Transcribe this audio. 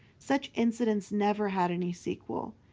such incidents never had any sequel.